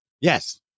Yes